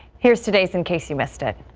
here's today's in case you missed it.